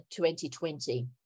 2020